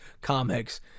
comics